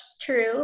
true